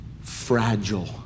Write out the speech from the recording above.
fragile